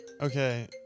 Okay